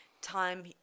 time